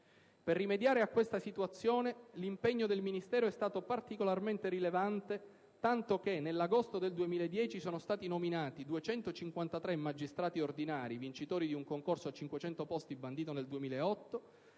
Per rimediare a questa situazione, l'impegno del Ministero è stato particolarmente rilevante, tanto che nell'agosto 2010 sono stati nominati 253 magistrati ordinari, vincitori di un concorso a 500 posti bandito nel 2008.